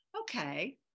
okay